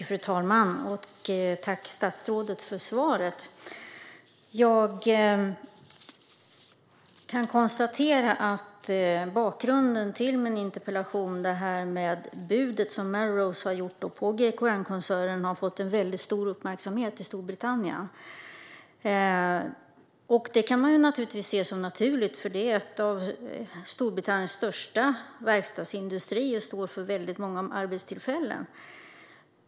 Fru talman! Tack, statsrådet, för svaret! Jag kan konstatera att bakgrunden till min interpellation, alltså det bud som Melrose har lagt på GKN-koncernen, har fått väldigt stor uppmärksamhet i Storbritannien. Det kan man se som naturligt, för det är en av Storbritanniens största verkstadsindustrier och står för väldigt många arbetstillfällen.